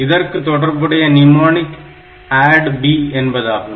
இதற்கு தொடர்புடைய mnemonic ADD B என்பதாகும்